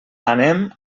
anem